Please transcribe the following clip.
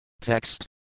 Text